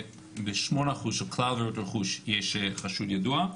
ב-8 אחוז של כלל עבירות הרכוש יש חשוד ידוע.